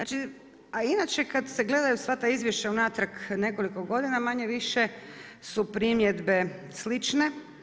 A inače kad se gledaju sva ta izvješća unatrag nekoliko godina manje-više su primjedbe slične.